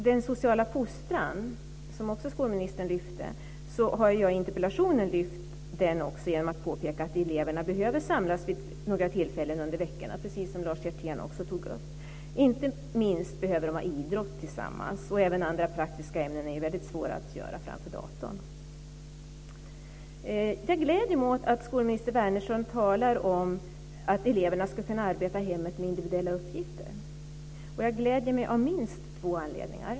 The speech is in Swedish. Den sociala fostran, som skolministern också lyfte fram, har jag lyft fram i interpellationen genom att påpeka att eleverna behöver samlas vid några tillfällen under veckorna. Det tog också Lars Hjertén upp. Inte minst behöver de ha idrott tillsammans. Även andra praktiska ämnen är väldigt svåra att utöva framför datorn. Jag gläder mig åt att skolminister Wärnersson talar om att eleverna ska kunna arbeta i hemmet med individuella uppgifter, och jag gläder mig av minst två anledningar.